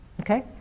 okay